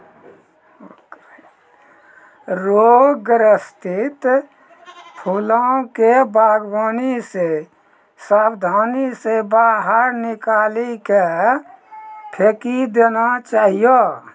रोग ग्रसित फूलो के वागवानी से साबधानी से बाहर निकाली के फेकी देना चाहियो